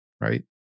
right